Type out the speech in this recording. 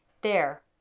There